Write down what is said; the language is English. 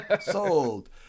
Sold